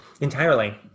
entirely